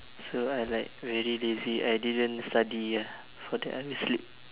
so I like very lazy I didn't study ah for the I will sleep